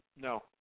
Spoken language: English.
no